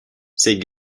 ces